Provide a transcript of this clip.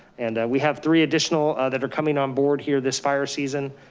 and we have three additional that are coming on board here, this fire season.